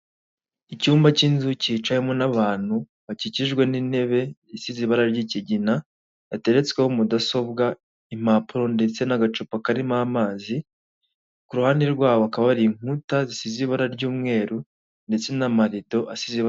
Abagabo babiri bari imbere y'ikamyo umwe yambaye ishati y'amakaro undi yambaye umupira w'umutuku urimo utubara tw'umweru, imbere y'iyo kamyo hari amagambo yandikishije umutuku